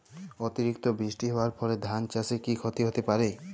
অতিরিক্ত বৃষ্টি হওয়ার ফলে ধান চাষে কি ক্ষতি হতে পারে?